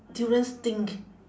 durians stink